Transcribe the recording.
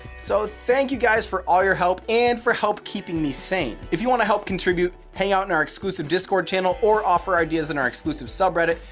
so thank you guys for all your help and for help keeping me sane! if you want to help contribute, hang out in our exclusive discord channel or offer ideas in our exclusive subreddit,